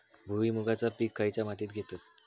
भुईमुगाचा पीक खयच्या मातीत घेतत?